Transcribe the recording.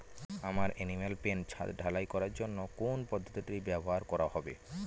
আমার animal pen ছাদ ঢালাই করার জন্য কোন পদ্ধতিটি ব্যবহার করা হবে?